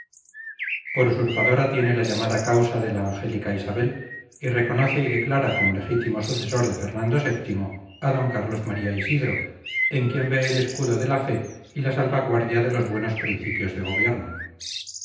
por usurpadora tiene la llamada causa de la angélica isabel y reconoce y declara como legítimo sucesor de fernando vii a d carlos maría isidro en quien ve el escudo de la fe y la salvaguardia de los buenos principios de gobierno